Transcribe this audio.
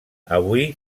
avui